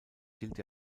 gilt